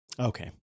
Okay